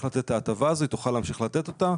את ההטבה הזאת היא תוכל להמשיך לתת אותה,